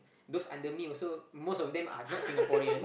those under me also most of them are not Singaporean